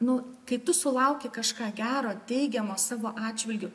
nu kai tu sulauki kažką gero teigiamo savo atžvilgiu